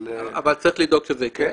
אבל --- אבל צריך לדאוג שזה יקרה.